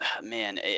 man